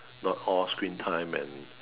not all screen time and